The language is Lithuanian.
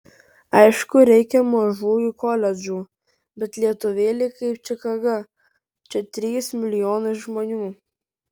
aišku reikia mažųjų koledžų bet lietuvėlė kaip čikaga čia trys milijonai žmonių